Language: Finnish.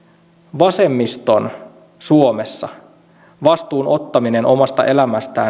vasemmiston suomessa vastuun ottaminen omasta elämästä